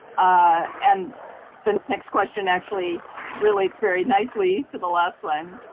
ah and the next question actually relates very nicely to the last one.